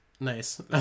Nice